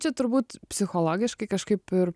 čia turbūt psichologiškai kažkaip ir